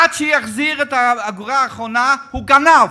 עד שיחזיר את האגורה האחרונה, הוא גנב,